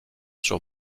sur